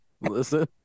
Listen